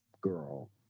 Girl